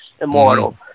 Immortal